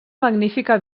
magnífica